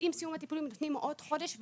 הטיפולים נותנים עוד חודש,